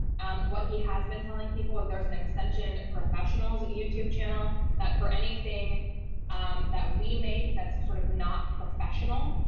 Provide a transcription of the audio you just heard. um what he has been telling people with their an extension professionals youtube channel that for anything um that we make that's sort of not professional.